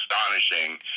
astonishing